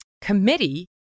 committee